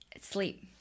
Sleep